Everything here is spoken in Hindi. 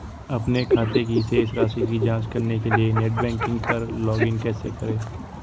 अपने खाते की शेष राशि की जांच करने के लिए नेट बैंकिंग पर लॉगइन कैसे करें?